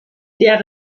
der